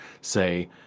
say